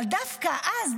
אבל דווקא אז,